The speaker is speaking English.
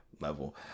level